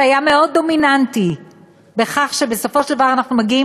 שהיה מאוד דומיננטי בכך שבסופו של דבר אנחנו מגיעים